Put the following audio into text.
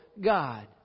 God